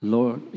Lord